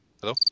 Hello